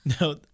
no